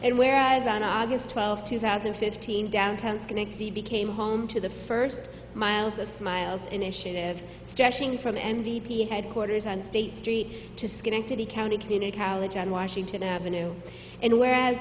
and whereas on august twelfth two thousand and fifteen downtown schenectady became home to the first miles of smiles initiative stretching from the n d p headquarters on state street to schenectady county community college on washington avenue and whereas